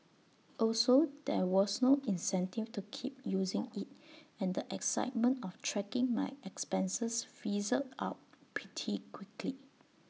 also there was no incentive to keep using IT and the excitement of tracking my expenses fizzled out pretty quickly